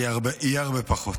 יהיה הרבה פחות.